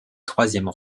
troisièmes